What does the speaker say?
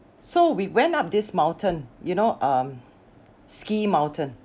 so we went up this mountain you know um ski mountain